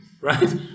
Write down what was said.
right